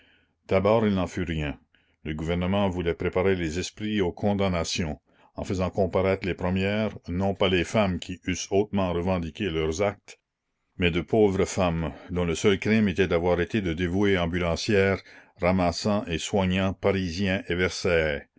d'abord il n'en fut rien le gouvernement voulait préparer les esprits aux condamnations en faisant comparaître les la commune premières non pas les femmes qui eussent hautement revendiqué leurs actes mais de pauvres femmes dont le seul crime était d'avoir été de dévouées ambulancières ramassant et soignant parisiens et versaillais